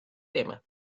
tema